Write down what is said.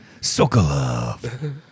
Sokolov